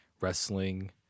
wrestling